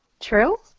True